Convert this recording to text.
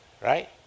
right